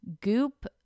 goop